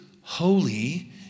holy